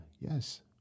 Yes